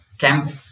camps